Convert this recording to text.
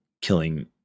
killing